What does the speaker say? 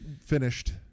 finished